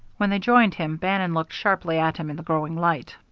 when they joined him, bannon looked sharply at him in the growing light.